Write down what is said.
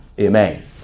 Amen